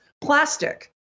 Plastic